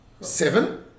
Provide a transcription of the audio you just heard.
Seven